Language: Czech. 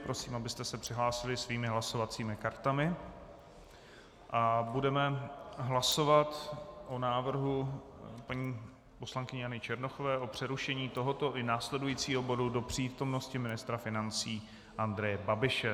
Prosím, abyste se přihlásili svými hlasovacími kartami, a budeme hlasovat o návrhu paní poslankyně Jany Černochové o přerušení tohoto i následujícího bodu do přítomnosti ministra financí Andreje Babiše.